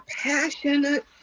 passionate